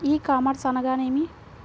ఈ కామర్స్ అనగానేమి?